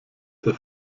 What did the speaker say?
der